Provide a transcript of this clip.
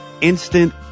instant